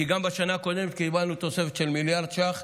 כי גם בשנה הקודמת קיבלנו תוספת של מיליארד ש"ח,